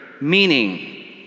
meaning